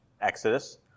Exodus